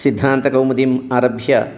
सिद्धान्तकौमुदीम् आरभ्य